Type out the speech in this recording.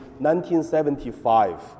1975